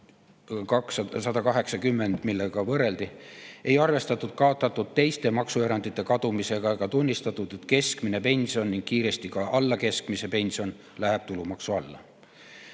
180 euroga. Ei arvestatud teiste maksuerandite kadumisega ega tunnistatud, et keskmine pension ning kiiresti ka alla keskmise pension lähevad tulumaksu alla.